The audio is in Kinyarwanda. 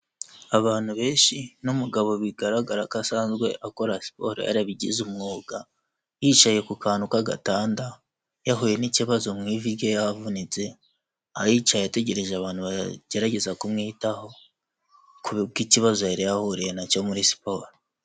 Abantu benshi n'umugabo bigaragara ko asanzwe akora siporo yarabigize umwuga yicaye ku kantu k'agatanda yahuye n'ikibazo mu ivi rye yavunitse ahicaye ategereje abantu bagerageza kumwitaho kubw'ikibazo yari yahuriye na cyo muri siporo.